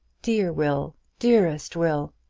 dear will! dearest will!